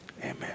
amen